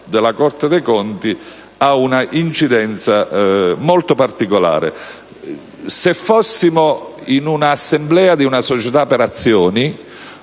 Corte dei conti ha un'incidenza molto particolare.